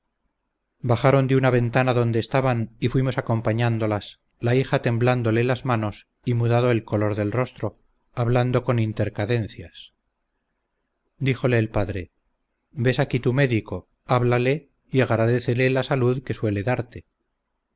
bajaron de una ventana donde estaban y fuimos acompañándolas la hija temblándole las manos y mudando el color del rostro hablando con intercadencias díjole el padre ves aquí tu médico háblale y agradécele la salud que suele darte